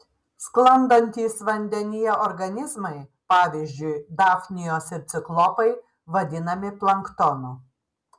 sklandantys vandenyje organizmai pavyzdžiui dafnijos ir ciklopai vadinami planktonu